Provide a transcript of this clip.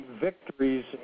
victories